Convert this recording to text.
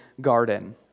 garden